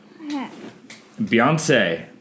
Beyonce